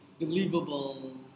believable